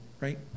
right